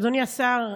אדוני השר,